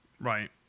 right